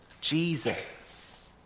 Jesus